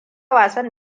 wasan